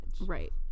Right